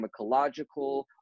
pharmacological